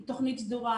היא תוכנית סדורה.